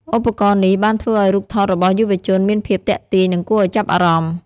ឧបករណ៍នេះបានធ្វើឱ្យរូបថតរបស់យុវជនមានភាពទាក់ទាញនិងគួរឱ្យចាប់អារម្មណ៍។